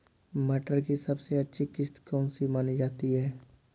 मटर की सबसे अच्छी किश्त कौन सी मानी जाती है?